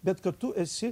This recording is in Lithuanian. bet kad tu esi